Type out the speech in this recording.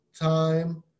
time